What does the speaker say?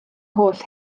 holl